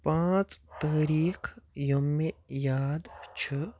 پانٛژھ تٲریٖخ یِم مےٚ یاد چھِ